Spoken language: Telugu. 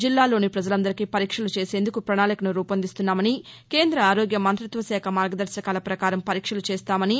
జిల్లాలోని పజలందరికీ పరీక్షలు చేసేందుకు ప్రణాళికను రూపొందిస్తున్నామని కేంద్ర ఆరోగ్య మంత్రిత్వ శాఖ మార్గదర్యకాల పకారం పరీక్షలు చేస్తామని